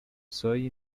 soy